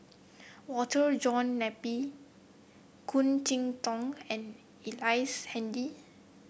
Walter John Napier Khoo Cheng Tiong and Ellice Handy